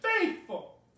faithful